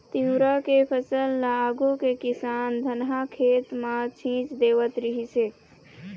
तिंवरा के फसल ल आघु के किसान धनहा खेत म छीच देवत रिहिस हे